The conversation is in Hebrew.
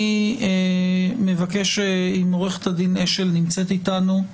אני מבקש אם עו"ד אשל נמצאת איתנו,